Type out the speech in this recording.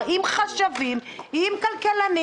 כדי לפתור את הבעיה של הילדים עם האלרגיות בגנים.